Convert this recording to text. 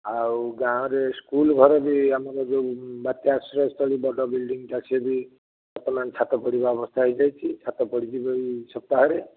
ଆଉ ଗାଁରେ ସ୍କୁଲ ଘର ବି ଆମର ଯେଉଁ ବାତ୍ୟା ଆଶ୍ରୟସ୍ଥଳୀ ବଡ଼ ବିଲଡ଼ିଂଟା ସେ ବି ବର୍ତ୍ତମାନ ଛାତ ପଡ଼ିବା ଅବସ୍ଥା ହୋଇଯାଇଛି ଛାତ ପଡ଼ିଯିବ ଏହି ସପ୍ତାହରେ